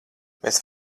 mēs